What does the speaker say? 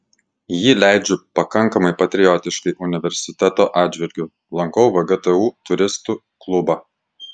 jį leidžiu pakankamai patriotiškai universiteto atžvilgiu lankau vgtu turistų klubą